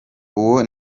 uwo